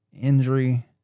injury